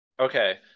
Okay